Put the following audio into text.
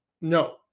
No